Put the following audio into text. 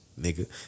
nigga